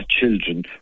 children